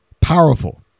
powerful